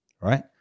right